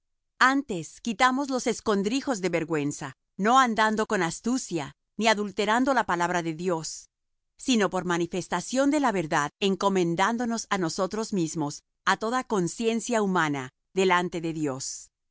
antes quitamos los escondrijos de vergüenza no andando con astucia ni adulterando la palabra de dios sino por manifestación de la verdad encomendándonos á nosotros mismos á toda conciencia humana delante de dios